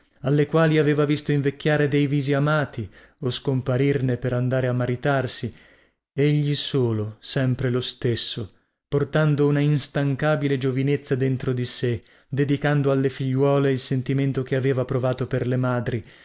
alle quali aveva visto invecchiare dei visi amati o scomparirne per andare a maritarsi egli solo sempre lo stesso portando una instancabile giovinezza dentro di sè dedicando alle figliuole il sentimento che aveva provato per le madri